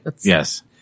Yes